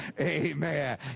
Amen